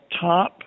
top